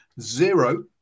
zero